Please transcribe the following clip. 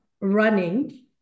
running